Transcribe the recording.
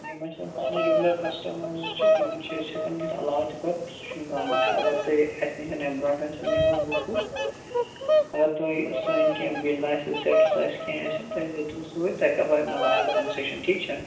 یِم اَسہِ وۄنۍ پَنٕنۍ رِگیوٗلَر کَسٹٕمٲرٕز چھِ تِمَن چھِ أسۍ ہٮ۪کان دِتھ علاوٕ تہِ پَتہٕ سُہ چھُنہٕ کانٛہہ مَسلہٕ اگر تۄہہِ اَسہِ نِش اَمہِ برٛونٛٹھ آسِوٕ نِمٕژ بُک وُک اگر تۄہہِ سٲںۍ کینٛہہ بِل آسِوٕ سیٹٕس آسہِ کیٚنٛہہ آسٮ۪ن تُہۍ أنۍزیو تِم سۭتۍ تۄہہِ کَرہو اَمہِ علاوٕ تہِ کَنسیشَن ٹھیٖک چھا